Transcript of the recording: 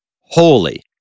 holy